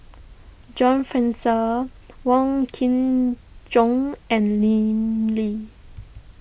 John Fraser Wong Kin Jong and Lim Lee